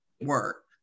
work